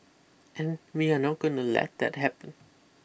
and we are not going to let that happen